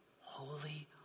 holy